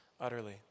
utterly